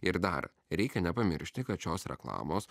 ir dar reikia nepamiršti kad šios reklamos